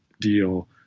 deal